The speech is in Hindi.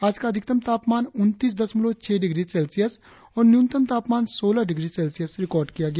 आज का अधिकतम तापमान उन्तीस दशमलव छह डिग्री सेल्सियस और न्यूनतम तापमान सोलह डिग्री सेल्सियस रिकार्ड किया गया